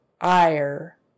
ire